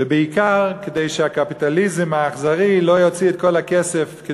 ובעיקר כדי שהקפיטליזם האכזרי לא יוציא את כל הנפט